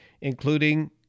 including